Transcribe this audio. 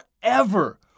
forever